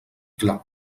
clar